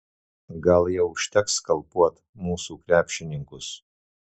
gal jau užteks skalpuot mūsų krepšininkus